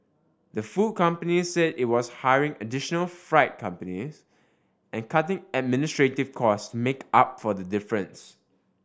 the food company said it was hiring additional freight companies and cutting administrative costs make up for the difference